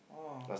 oh